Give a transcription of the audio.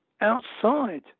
outside